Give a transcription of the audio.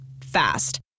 Fast